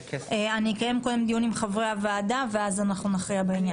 אני אקיים קודם דיון עם חברי הוועדה ואז נכריע בעניין.